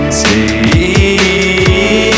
see